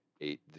Eight